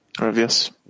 Yes